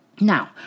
Now